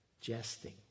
Jesting